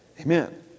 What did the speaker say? amen